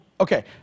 Okay